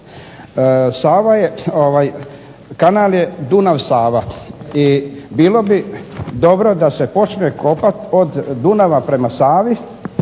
Vukovara. Kanal je Dunav-Sava i bilo bi dobro da se počne kopat od Dunava prema Savi,